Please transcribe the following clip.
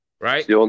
right